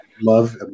love